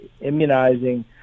immunizing